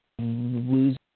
lose